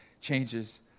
changes